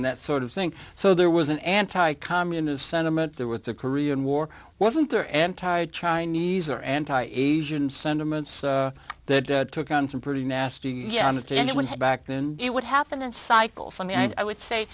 and that sort of thing so there was an anti communist sentiment there with the korean war wasn't are entitled chinese or anti asian sentiments that took on some pretty nasty to anyone had back then it would happen in cycles i mean i would say